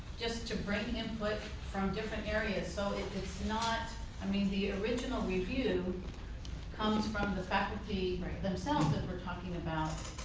just to bring input from different areas. so if it's not i mean the original review comes from the faculty themselves that we're talking about.